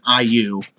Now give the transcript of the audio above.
IU